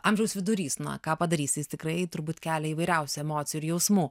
amžiaus vidurys na ką padarysi jis tikrai turbūt kelia įvairiausių emocijų ir jausmų